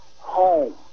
home